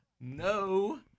No